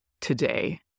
today